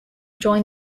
join